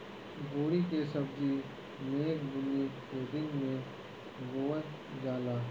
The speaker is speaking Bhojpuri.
बोड़ी के सब्जी मेघ बूनी के दिन में बोअल जाला